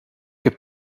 heb